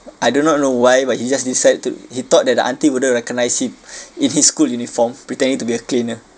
I do not know why but he just decide to he thought that the auntie wouldn't recognise him in his school uniform pretending to be a cleaner